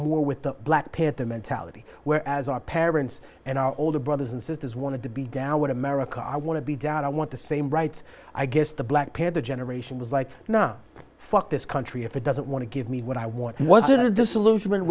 more with the black panther mentality where as our parents and our older brothers and sisters wanted to be down what america i want to be down i want the same rights i guess the black panther generation was like nah fuck this country if it doesn't want to give me what i want what